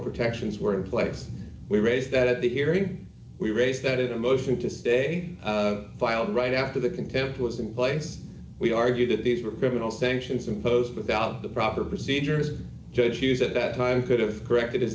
protections were in place we raised that at the hearing we raised that a motion to stay filed right after the contempt was in place we argued that these were criminal sanctions imposed without the proper procedures judge hughes at that time could have corrected